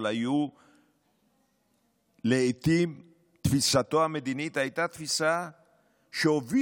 אבל לעיתים תפיסתו המדינית הייתה תפיסה שהובילה